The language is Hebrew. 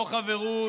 לא חברות,